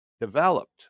developed